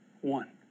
one